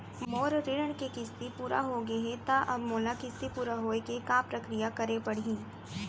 मोर ऋण के किस्ती पूरा होगे हे ता अब मोला किस्ती पूरा होए के का प्रक्रिया करे पड़ही?